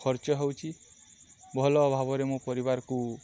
ଖର୍ଚ୍ଚ ହେଉଛି ଭଲ ଭାବରେ ମୋ ପରିବାରକୁ